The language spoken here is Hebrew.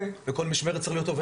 בכל משמרת צריך להיות עובד נוסף.